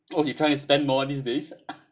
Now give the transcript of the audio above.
oh you try to spend more these days